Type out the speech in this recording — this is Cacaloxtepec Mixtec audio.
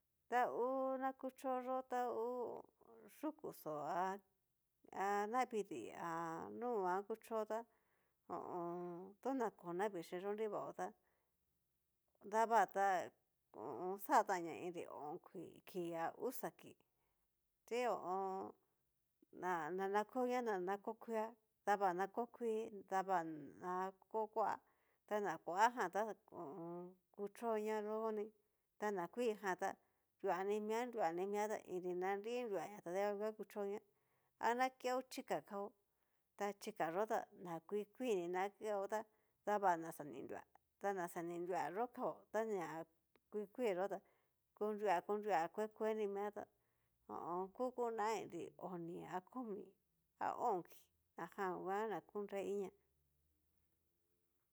Ta hú na kuchoyómta hú yukuxó ha hanavidii, ha nunguan kuchó tá ho o on. tuna kó na vixhi yó nrivaó, ta dava ta xatanña inri o'on kii a uxa kii xhi ho o on. na nakueña na na ko kuiá dava na ko kuii dava na koo kuá, ta na kuajan tákuchóña yoní ta na kuijan ta nrua nimia nrua nimia ta inri na nri nruaña ta danguan kuchoña ana keo chika kao ta chika yó ta na kui kui ni na keo tá, dava na xa ni nrua ta na xa ni nruayó kaó ta ñá kui kui yó ta konrua konrua kueni mia tá ho o on. ku ku na inri komi a o'on kii najan nguan na kunre iniá.